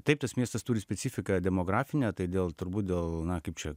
taip tas miestas turi specifiką demografinę tai dėl turbūt dėl na kaip čia